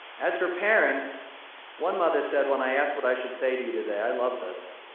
as for parents one mother said when i asked what i should say to you today, i loved this.